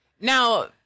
Now